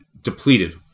Depleted